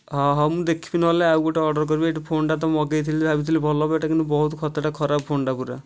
ହଁ ହଉ ମୁଁ ଦେଖିବି ନହେଲେ ଆଉ ଗୋଟେ ଅର୍ଡ଼ର୍ କରିବି ଏଠି ଫୋନ୍ଟା ତ ମଗେଇଥିଲି ଯେ ଭାବିଥିଲି ଭଲ ହେବ ଏଇଟା କିନ୍ତୁ ବହୁତ ଖତିଡା ଏଇଟା ଖରାପ ଫୋନ୍ଟା ପୁରା